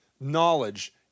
knowledge